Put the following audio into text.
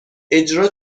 اجرا